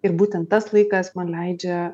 ir būtent tas laikas man leidžia